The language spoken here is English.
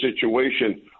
situation